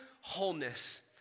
wholeness